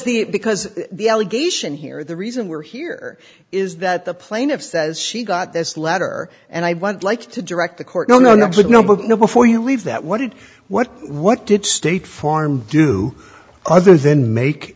the because the allegation here the reason we're here is that the plaintiff says she got this letter and i want like to direct the court no no no no no before you leave that what did what what did state farm do other than make